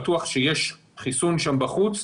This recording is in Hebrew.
בטוח שיש חיסון שם בחוץ,